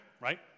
right